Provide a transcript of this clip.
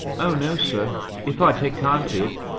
oh, no, sir if i take time to it.